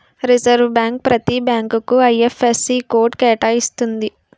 reserve bank ప్రతి బ్యాంకుకు IFSC code కేటాయిస్తుంది